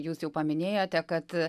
jūs jau paminėjote kad